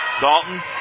Dalton